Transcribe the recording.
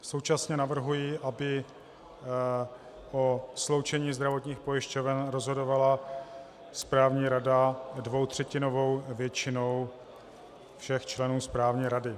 Současně navrhuji, aby o sloučení zdravotních pojišťoven rozhodovala správní rada dvoutřetinovou většinou všech členů správní rady.